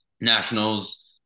nationals